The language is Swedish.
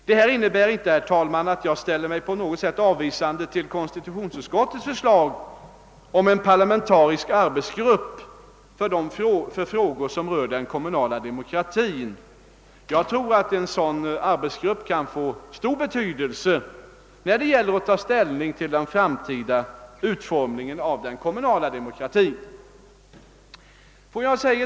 Detta innebär emellertid inte att jag ställer mig avvisande till konstitutionsutskottets förslag om en parlamentarisk arbetsgrupp för frågor som berör den kommunala demokratin. En sådan arbetsgrupp kan säkert få stor betydelse när det gäller att ta ställning till den framtida utformningen av den kommunala demokratin. Herr talman!